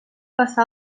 passà